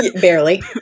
barely